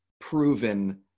proven